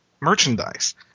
merchandise